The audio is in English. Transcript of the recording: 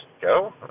go